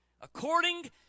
According